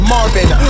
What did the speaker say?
Marvin